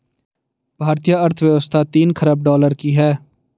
भारतीय अर्थव्यवस्था तीन ख़रब डॉलर की है